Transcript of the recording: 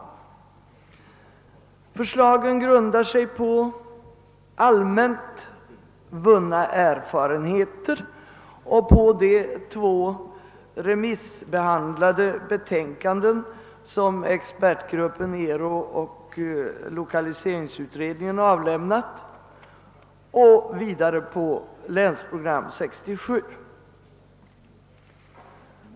Förslagen grundar sig på allmänt vunna erfarenheter och på de två remissbehandlade betänkanden som expertgruppen ERU och lokaliseringsutredningen avlämnat och vidare på länsprogram 67.